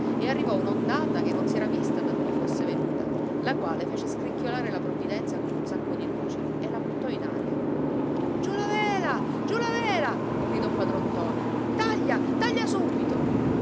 e arrivò un'ondata che non si era vista da dove fosse venuta la quale fece scricchiolare la provvidenza come un sacco di noci e la buttò in aria giù la vela giù la vela gridò padron ntoni taglia taglia subito